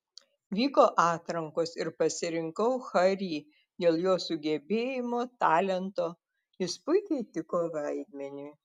vyko atrankos ir pasirinkau harry dėl jo sugebėjimų talento jis puikiai tiko vaidmeniui